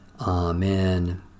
Amen